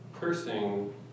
Cursing